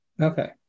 Okay